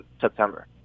September